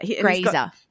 Grazer